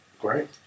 great